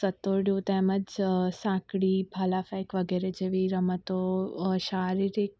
સતોડિયું તેમજ સાંકડી ભાલાફેંક વગેરે જેવી રમતો શારીરિક